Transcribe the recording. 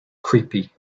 creepy